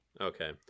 Okay